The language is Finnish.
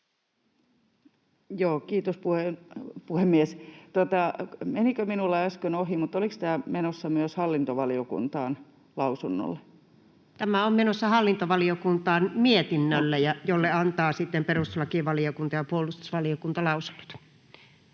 Kiitos, puhemies! Menikö minulla äsken ohi, eli oliko tämä menossa lausunnolle myös hallintovaliokuntaan? Tämä on menossa hallintovaliokuntaan mietinnölle, ja perustuslakivaliokunta ja puolustusvaliokunta antavat